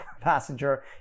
passenger